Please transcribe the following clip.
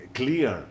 clear